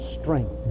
strength